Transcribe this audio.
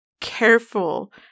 careful